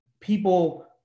people